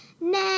Nah